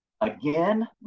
again